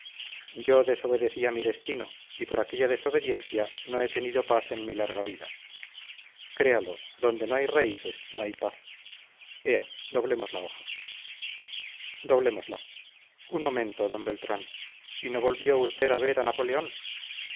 yo desobedecí a mi destino y por aquella desobediencia no he tenido paz en mi larga vida créalo donde no hay raíces no hay paz ea doblemos la hoja doblémosla un momento d beltrán y no volvió usted a ver a napoleón